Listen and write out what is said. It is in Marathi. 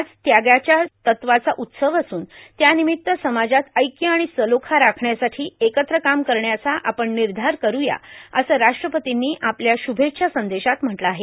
आज त्यागाच्या तत्वाचा उत्सव असून त्यानिमित्त समाजात ऐक्य आणि सलोखा राखण्यासाठी एकत्र काम करण्याचा आपण निर्धार करूया असं राष्ट्रपर्तींनी आपल्या शुभेच्छा संदेशात म्हटलं आहे